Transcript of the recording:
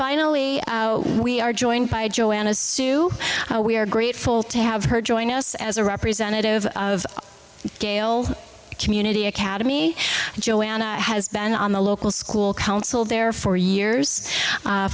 finally we are joined by joanna sue we are grateful to have her join us as a representative of the gail community academy joanna has been on the local school council there for years